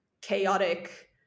chaotic